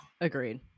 Agreed